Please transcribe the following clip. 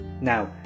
Now